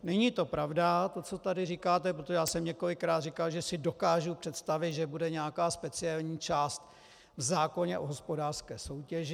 Není to pravda, co tady říkáte, protože já jsem několikrát říkal, že si dokážu představit, že bude nějaká speciální část v zákoně o hospodářské soutěži.